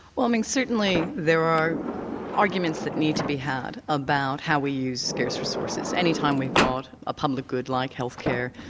well certainly there are arguments that need to be had about how we use scarce resources. any time we've got a public good like health care,